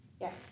Yes